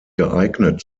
geeignet